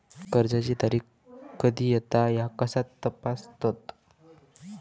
कर्जाची तारीख कधी येता ह्या कसा तपासतत?